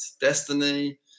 destiny